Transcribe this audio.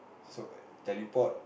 so teleport